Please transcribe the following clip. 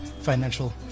financial